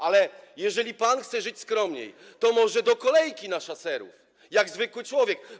Ale jeżeli pan chce żyć skromniej, to może do kolejki na Szaserów jak zwykły człowiek?